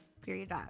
Period